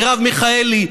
מרב מיכאלי,